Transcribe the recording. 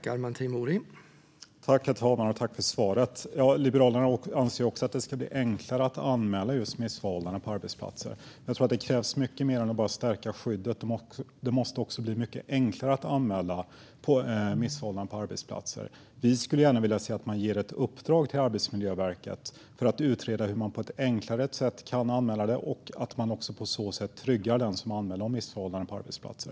Herr talman! Jag tackar ministern för svaret. Men jag tror att det krävs mycket mer än att bara stärka skyddet. Vi i Liberalerna anser att det måste bli mycket enklare att anmäla missförhållanden på arbetsplatser. Vi skulle gärna vilja att man gav ett uppdrag till Arbetsmiljöverket att utreda hur anmälningar kan göras på ett enklare sätt; på så sätt tryggas de som anmäler missförhållanden på arbetsplatser.